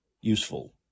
useful